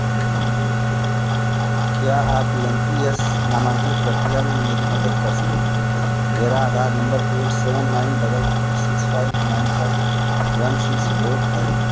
क्या आप P N P S नामांकन प्रक्रिया में मेरी मदद कर सकते हैं मेरा Aadhaar number eight seven nine double four six five nine five one six four है